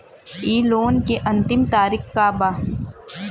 इ लोन के अन्तिम तारीख का बा?